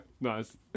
Nice